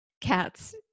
Cats